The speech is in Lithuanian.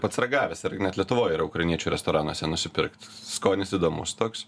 pats ragavęs irgi net lietuvoj yra ukrainiečių restoranuose nusipirkt skonis įdomus toks